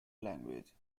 language